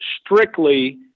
strictly